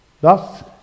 Thus